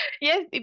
yes